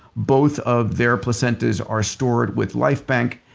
both of their placentas are stored with life bank.